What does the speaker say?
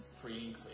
free